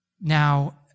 now